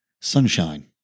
sunshine